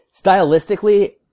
stylistically